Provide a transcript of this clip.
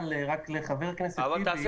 לחבר הכנסת טיבי לכן